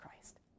Christ